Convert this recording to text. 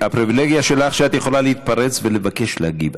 הפריבילגיה שלך היא שאת יכולה להתפרץ ולבקש להגיב.